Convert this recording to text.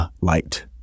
light